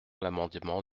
l’amendement